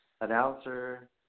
announcer